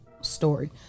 story